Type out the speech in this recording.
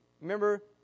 remember